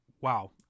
wow